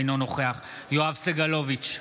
אינו נוכח יואב סגלוביץ'